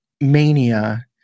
mania